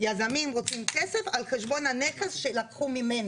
יזמים רוצים כסף על חשבון הנכס שלקחו ממני,